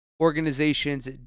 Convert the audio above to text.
organizations